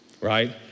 Right